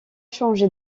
changé